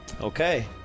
Okay